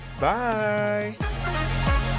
Bye